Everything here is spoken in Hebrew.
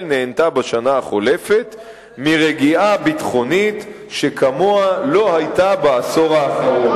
נהנתה בשנה החולפת מרגיעה ביטחונית שכמוה לא היתה בעשור האחרון.